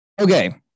Okay